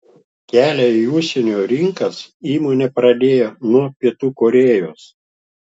kelią į užsienio rinkas įmonė pradėjo nuo pietų korėjos